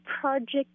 project